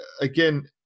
again